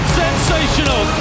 sensational